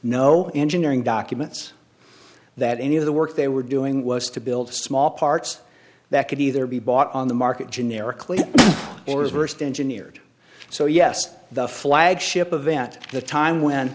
no engineering documents that any of the work they were doing was to build small parts that could either be bought on the market generically in reverse engineered so yes the flagship event the time when